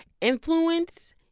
Influence